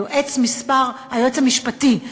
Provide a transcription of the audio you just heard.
היועץ המשפטי,